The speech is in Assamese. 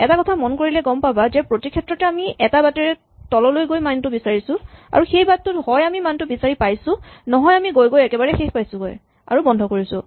এটা কথা মন কৰিলে গম পাবা যে প্ৰতি ক্ষেত্ৰতে আমি এটা বাটেৰে তললৈ গৈ মানটো বিচাৰিছো আৰু সেই বাটটোত হয় আমি মানটো বিচাৰি পাইছো নহয় আমি গৈ গৈ একেবাৰে শেষ পাইছোগৈ আৰু বন্ধ কৰিছো